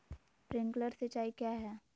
Sprinkler सिंचाई क्या है?